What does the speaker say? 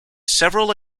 several